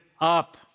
up